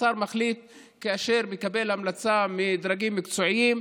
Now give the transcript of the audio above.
השר מחליט כאשר הוא מקבל המלצה מדרגים מקצועיים.